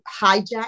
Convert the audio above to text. hijack